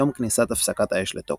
יום כניסת הפסקת האש לתוקף.